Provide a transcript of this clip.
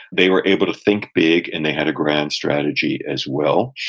they were able to think big, and they had a grand strategy as well.